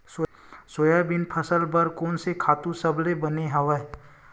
Soybean फसल बर कोन से खातु सबले बने हवय?